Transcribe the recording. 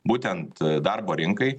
būtent darbo rinkai